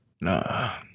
Nah